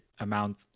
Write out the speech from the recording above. Amount